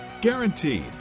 Guaranteed